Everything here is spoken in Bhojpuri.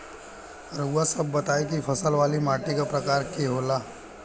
रउआ सब बताई कि फसल वाली माटी क प्रकार के होला?